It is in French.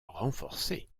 renforcés